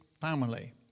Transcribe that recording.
family